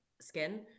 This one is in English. skin